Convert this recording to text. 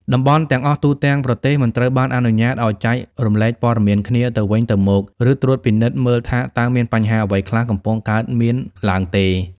តំបន់ទាំងអស់ទូទាំងប្រទេសមិនត្រូវបានអនុញ្ញាតឱ្យ ចែករំលែកព័ត៌មានគ្នា ទៅវិញទៅមក ឬត្រួតពិនិត្យមើលថាតើមានបញ្ហាអ្វីខ្លះកំពុងកើតមានឡើងទេ។